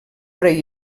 rei